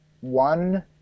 one –